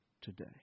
today